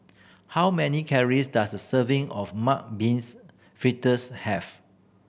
how many calories does a serving of mung beans fritters have